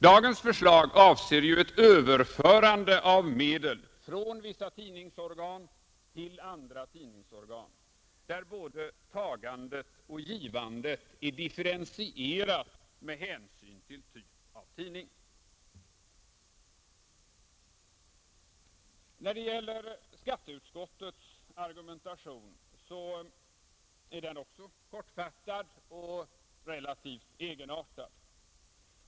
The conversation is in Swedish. Dagens förslag avser ju ett överförande av medel från vissa tidningsorgan till andra tidningsorgan, där både tagandet och givandet är differentierat med hänsyn till typ av tidning. Skatteutskottets argumentation är också kortfattad och relativt egenartad.